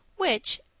which,